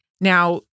Now